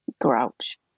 Grouch